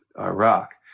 Iraq